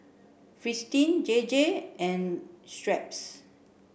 Fristine J J and Schweppes